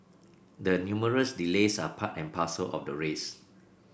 the numerous delays are part and parcel of the race